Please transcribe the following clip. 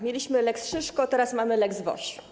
Mieliśmy lex Szyszko, teraz mamy lex Woś.